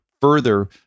further